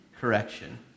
correction